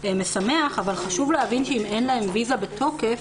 משמח אבל חשוב להבין שאם אין להן ויזה בתוקף,